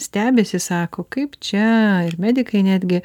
stebisi sako kaip čia ir medikai netgi